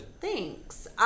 Thanks